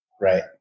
Right